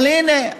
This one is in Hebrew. אבל הינה,